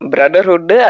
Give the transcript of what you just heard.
Brotherhood